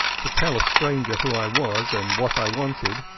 to tell a stranger who i was and what i wanted,